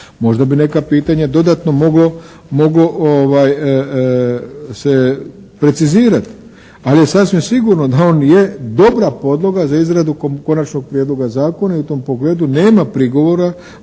Možda bi neka pitanja dodatno moglo se precizirati. Ali je sasvim sigurno da on je dobra podloga za izradu konačnog prijedloga zakona i u tom pogledu nema prigovora